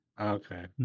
Okay